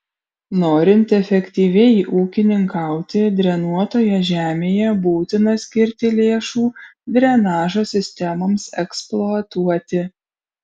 norint efektyviai ūkininkauti drenuotoje žemėje būtina skirti lėšų drenažo sistemoms eksploatuoti